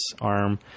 ARM